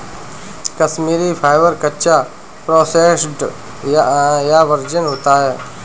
Kashmiri fibre, कच्चा, processed या virgin होता है